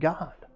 God